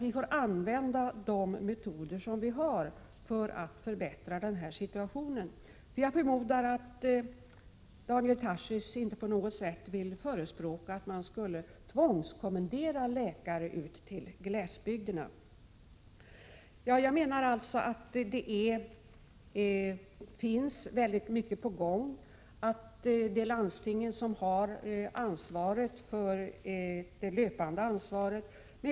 Vi får använda de metoder vi har för att förbättra denna situation. Jag förmodar att Daniel Tarschys inte på något sätt vill förespråka att man skall tvångskommendera läkare ut till glesbygden. Jag menar således att väldigt mycket är på gång. Landstingen har det löpande ansvaret.